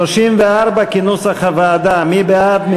מי בעד?